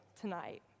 tonight